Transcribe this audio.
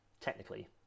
technically